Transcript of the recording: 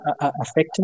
affecting